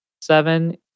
Seven